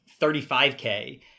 35K